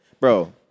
bro